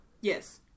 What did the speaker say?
Yes